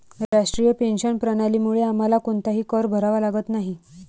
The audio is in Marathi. राष्ट्रीय पेन्शन प्रणालीमुळे आम्हाला कोणताही कर भरावा लागत नाही